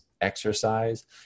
exercise